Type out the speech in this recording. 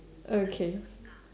okay